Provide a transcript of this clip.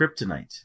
Kryptonite